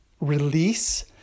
release